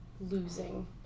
losing